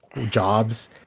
jobs